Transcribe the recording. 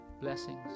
blessings